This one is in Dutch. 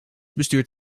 bestuurt